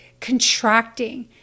contracting